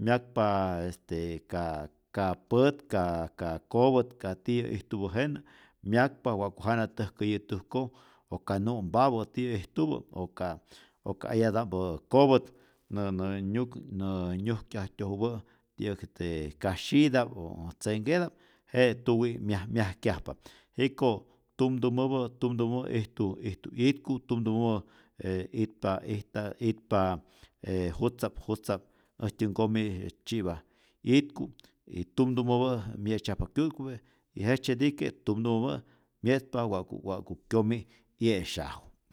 myakpa este ka ka pät, ka ka kopät, ka tiyä ijtupä jenä myakpa, wa'ku jana täjkäyä täjkoj o ka nu'mpapä tiyä ijtupä o ka o ka eyata'mpä kopät nä nä nyuk nä nyujkyajtyo'upä' ti'yäk este kasyita'p, o tzenhketa'p jete tuwi' myaj myjakyjapa, jiko tumtumäpä tumtumäpä ijtu ijtu 'yitku, tumtumäpä e itpa ita itpa e jutzta'p jutzta'p äjtyä nkomi' tzyipa 'yitku, y tumtumäpä' mye'tzyajpa kyu'tku e y jejtzyetike tumtumäpä' mye'tzpa wa'ku wa'ku kyomi' 'ye'syaju.